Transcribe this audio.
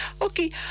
Okay